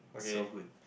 so good